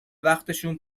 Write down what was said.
وقتشون